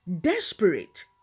Desperate